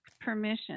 permission